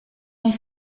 mijn